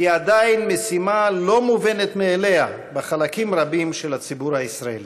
היא עדיין משימה לא מובנת מאליה בחלקים רבים של הציבור הישראלי.